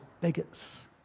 bigots